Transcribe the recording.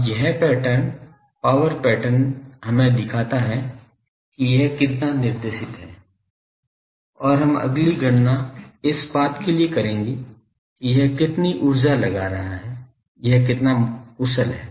अब यह pattern power pattern हमें दिखाता है कि यह कितना निर्देशित है और हम अगली गणना इस बात के लिए करेंगे कि यह कितनी ऊर्जा लगा रहा है यह कितना कुशल है